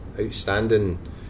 outstanding